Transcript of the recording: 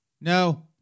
No